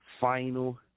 Final